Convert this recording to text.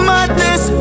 Madness